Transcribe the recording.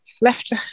Left